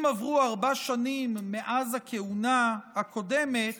אם עברו ארבע שנים מאז הכהונה הקודמת,